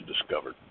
discovered